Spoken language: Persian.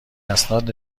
اسناد